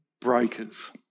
breakers